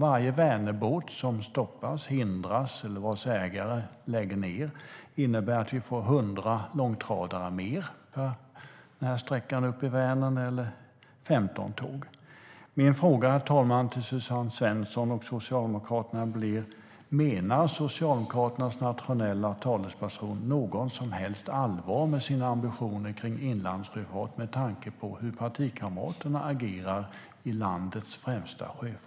Varje Vänerbåt som stoppas, hindras eller vars ägare lägger ned innebär att vi får 100 långtradare eller 15 tåg mer på den här sträckan upp i